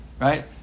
right